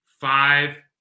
five